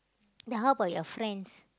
ya how about your friends